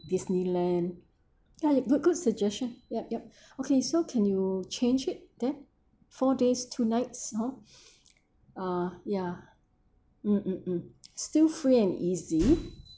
disneyland ya good good suggestion yup yup okay so can you change it then four days two nights hor uh ya mm mm mm still free and easy